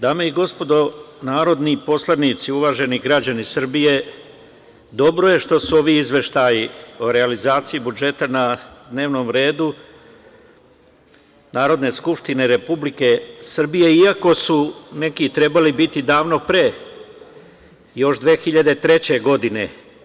Dame i gospodo narodni poslanici, uvaženi građani Srbije dobro je što su ovi izveštaji o realizaciji budžet na dnevnom redu Narodne skupštine Republike Srbije, iako su neki trebali biti davno pre, još 2003. godine.